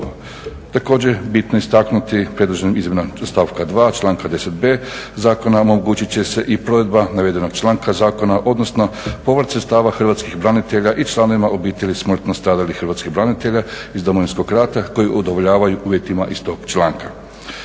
Također je bitno istaknuti predloženu izmjenu stavka 2.članka 10.b zakona omogućit će se i provedba navedenog članka zakona odnosno povrat sredstava hrvatskih branitelja i članovima obitelji smrtno stradalih hrvatskih branitelja iz Domovinskog rata koji udovoljavaju uvjetima iz tog članka.